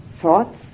thoughts